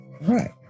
Right